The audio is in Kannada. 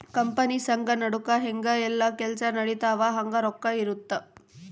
ಕಂಪನಿ ಸಂಘ ನಡುಕ ಹೆಂಗ ಯೆಲ್ಲ ಕೆಲ್ಸ ನಡಿತವ ಹಂಗ ರೊಕ್ಕ ಇರುತ್ತ